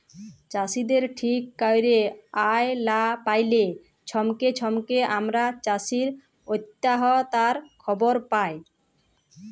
চাষীদের ঠিক ক্যইরে আয় লা প্যাইলে ছময়ে ছময়ে আমরা চাষী অত্যহত্যার খবর পায়